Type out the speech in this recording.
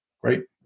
Great